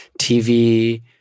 TV